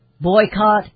Boycott